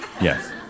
Yes